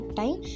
time